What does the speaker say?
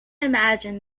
imagine